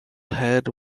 head